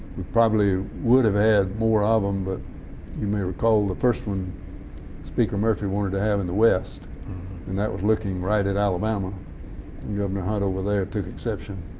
we probably would have had more of them, but you may recall the first one speaker murphy wanted to have in the west and that was looking right at alabama and governor hunt over there took exception.